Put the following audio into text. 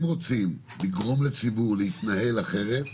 אם רוצים לגרום לציבור להתנהל אחרת,